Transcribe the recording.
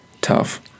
tough